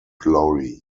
glory